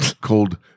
called